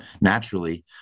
Naturally